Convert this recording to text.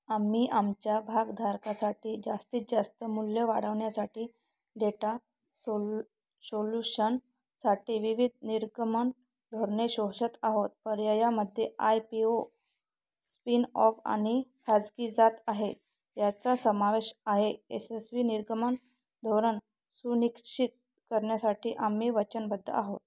आम्ही आमच्या भागधारकासाठी जास्तीत जास्त मूल्य वाढवण्यासाठी डेटा सोल सोल्यूशनसाठी विविध निर्गमन धोरणे शोधत आहोत पर्यायामध्ये I P O spin off आणि खाजगी जात आहे याचा समावेश आहे यशस्वी निर्गमन धोरण सुनिश्चित करण्यासाठी आम्ही वचनबद्ध आहोत